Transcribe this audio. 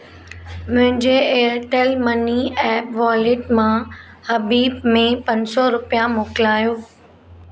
मुंहिंजे Airtel money app wallet मां हबीब में पंज सौ रुपिया मोकिलायो